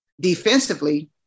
Defensively